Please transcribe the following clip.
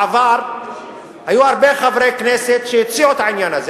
היו בעבר הרבה חברי כנסת שהציעו את העניין הזה.